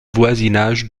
voisinage